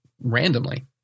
randomly